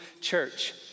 church